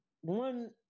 one